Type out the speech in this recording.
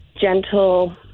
gentle